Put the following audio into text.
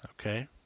Okay